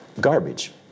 garbage